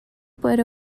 por